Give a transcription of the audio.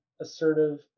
assertive